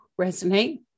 resonate